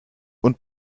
und